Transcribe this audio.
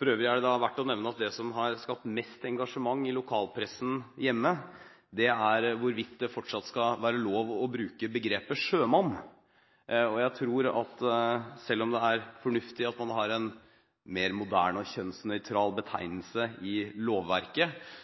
For øvrig er det verdt å nevne at det som har skapt mest engasjement i lokalpressen hjemme, er hvorvidt det fortsatt skal være lov å bruke begrepet «sjømann». Selv om det er fornuftig at man har en mer moderne og kjønnsnøytral betegnelse i lovverket,